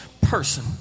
person